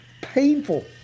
painful